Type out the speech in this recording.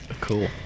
Cool